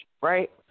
right